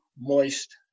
moist